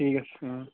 ঠিক আছে অঁ